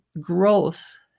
growth